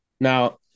Now